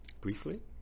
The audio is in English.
briefly